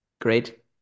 Great